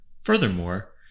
Furthermore